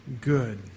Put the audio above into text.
good